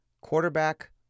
Quarterback